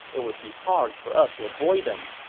it would be hard for us to avoid them.